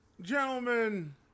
Gentlemen